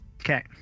Okay